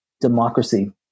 democracy